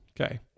Okay